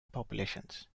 populations